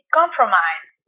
compromise